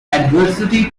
adversity